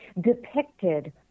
depicted